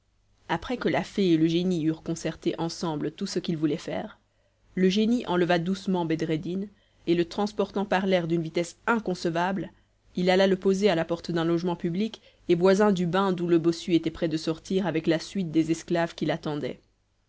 après que la fée et le génie eurent concerté ensemble tout ce qu'ils voulaient faire le génie enleva doucement bedreddin et le transportant par l'air d'une vitesse inconcevable il alla le poser à la porte d'un logement public et voisin du bain d'où le bossu était près de sortir avec la suite des esclaves qui l'attendaient